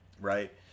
Right